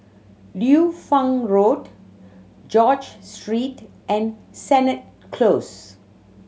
Liu Fang Road George Street and Sennett Close